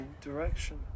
direction